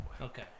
Okay